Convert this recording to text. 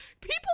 People